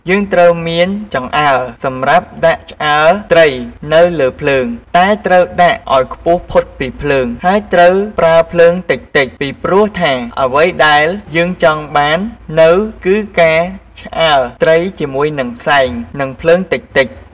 យើងត្រូវមាន ចង្អើរសម្រាប់ដាក់ឆ្អើរត្រីនៅលើភ្លើង តែត្រូវដាក់អោយខ្ពស់ផុតពីភ្លើង ហើយត្រូវប្រើភ្លើងតិចៗ ពីព្រោះថាអ្វីដែលយើងចង់បាននៅគឺការឆ្អើរត្រីជាមួយ និងផ្សែង និងភ្លើងតិចៗ។